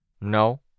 No